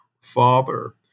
father